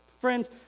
Friends